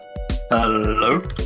Hello